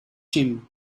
him